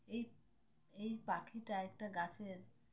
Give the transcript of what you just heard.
এই এই পাখি টা একটা গাছের